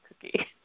cookie